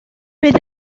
bydd